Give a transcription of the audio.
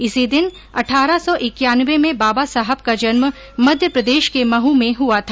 इसी दिन अठारह सौ इक्यानवे में बाबा साहब का जन्म मध्यप्रदेश के महू में हुआ था